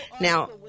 Now